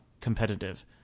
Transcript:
competitive